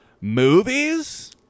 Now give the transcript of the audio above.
Movies